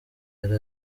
yari